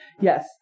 Yes